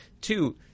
Two